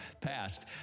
passed